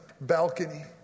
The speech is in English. balcony